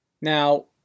Now